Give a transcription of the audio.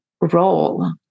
role